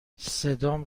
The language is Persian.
صدام